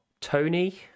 Tony